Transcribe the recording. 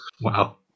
wow